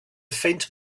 faint